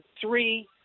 three